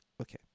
Okay